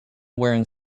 wearing